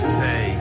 say